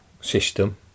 system